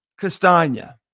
Castagna